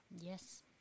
Yes